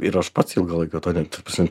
ir aš pats ilgą laiką tuo net ta prasme